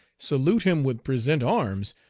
salute him with present arms!